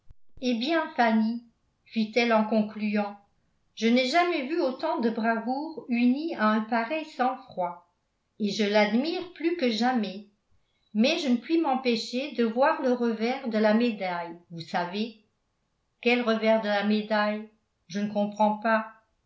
eh bien fanny fit elle en concluant je n'ai jamais vu autant de bravoure unie à un pareil sang-froid et je l'admire plus que jamais mais je ne puis m'empêcher de voir le revers de la médaille vous savez quel revers de la médaille je ne comprends pas